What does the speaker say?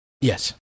Yes